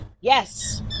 Yes